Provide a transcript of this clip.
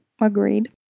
agreed